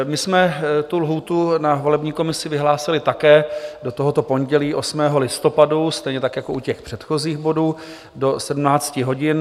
My jsme lhůtu na volební komisi vyhlásili také do tohoto pondělí, 8. listopadu 2021, stejně tak jako u předchozích bodů do 17 hodin.